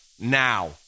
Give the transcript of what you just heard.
now